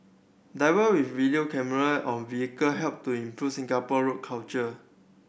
diver with video camera on vehicle help to improve Singapare road culture